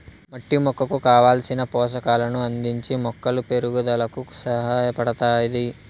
మట్టి మొక్కకు కావలసిన పోషకాలను అందించి మొక్కల పెరుగుదలకు సహాయపడుతాది